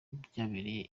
byabereye